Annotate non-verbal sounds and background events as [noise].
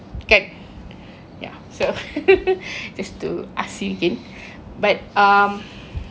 kan ya so [laughs] just to ask you again but um